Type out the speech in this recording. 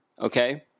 okay